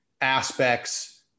aspects